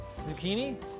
Zucchini